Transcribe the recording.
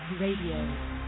RADIO